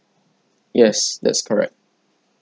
yes that's correct